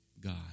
God